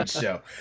show